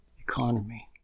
economy